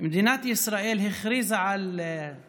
מדינת ישראל הכריזה על תנועות